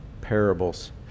parables